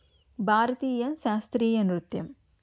భారతీయ శాస్త్రీయ నృత్యం